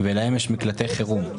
להם יש מקלטי חירום.